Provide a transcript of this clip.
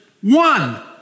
One